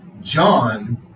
john